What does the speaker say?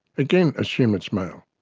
again assume it's male.